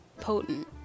potent